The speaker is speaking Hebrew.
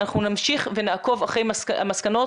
אנחנו נמשיך ונעקוב אחרי המסקנות.